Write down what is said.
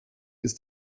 ist